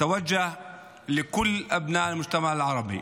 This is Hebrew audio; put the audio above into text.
(אומר דברים בשפה הערבית,